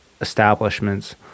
establishments